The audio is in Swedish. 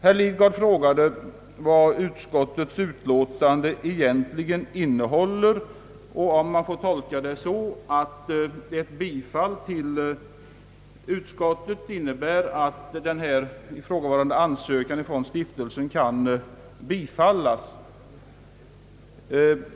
Herr Lidgard frågade vad utskottets utlåtande egentligen innehåller och om man får tolka det så att ett bifall till utskottets hemställan innebär att den ifrågavarande ansökan från stiftelsen kan bifallas.